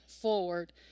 forward